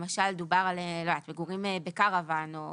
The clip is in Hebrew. למשל דובר על מגורים בקרוון או